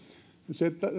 se